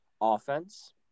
offense